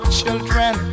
children